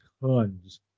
tons